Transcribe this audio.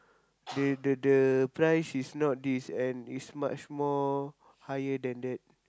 they the the price is not this and it's much more higher than that